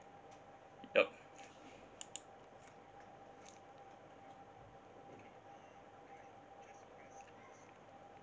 yup